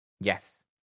Yes